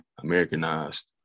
Americanized